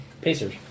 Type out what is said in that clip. Pacers